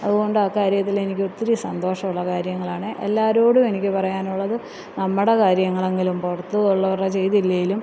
അതുകൊണ്ട് അക്കാര്യത്തിൽ എനിക്കൊത്തിരി സന്തോഷമുള്ള കാര്യങ്ങളാണ് എല്ലാവരോടും എനിക്ക് പറയാനുള്ളത് നമ്മുടെ കാര്യങ്ങളെങ്കിലും പുറത്ത് ഉള്ളവരുടെ ചെയ്തില്ലേലും